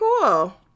cool